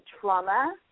trauma